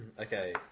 Okay